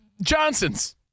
Johnson's